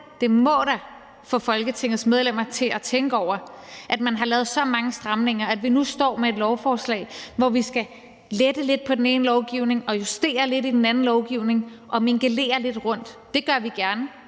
det må da – få Folketingets medlemmer til at tænke over, at man har lavet så mange stramninger, at vi nu står med et lovforslag, hvor vi skal lette lidt på den ene lovgivning, justere lidt i en anden lovgivning og mingelere lidt rundt i det.